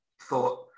thought